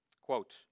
quote